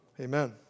Amen